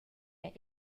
era